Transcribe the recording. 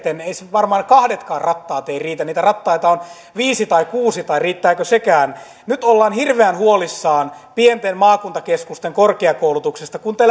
varmaan kahdetkaan rattaat eivät riitä vaan niitä rattaita on viisi tai kuusi tai riittääkö sekään nyt ollaan hirveän huolissaan pienten maakuntakeskusten korkeakoulutuksesta kun te